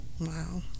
Wow